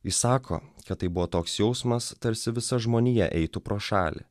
jis sako kad tai buvo toks jausmas tarsi visa žmonija eitų pro šalį